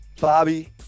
Bobby